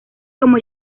como